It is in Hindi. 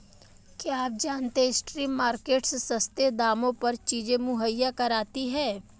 क्या आप जानते है स्ट्रीट मार्केट्स सस्ते दामों पर चीजें मुहैया कराती हैं?